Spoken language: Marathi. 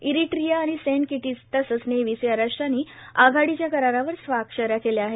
इरीट्रीआ आणि सेंट किटीस तसंच नेव्हीस या राष्ट्रांनी आघाडीच्या करारावर स्वाक्षऱ्या केल्या आहेत